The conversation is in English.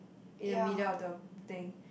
in the middle of the thing